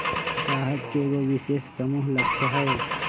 गाहक के एगो विशेष समूह लक्ष हई